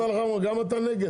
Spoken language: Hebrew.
גם אתה נגד?